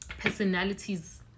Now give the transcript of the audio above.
Personalities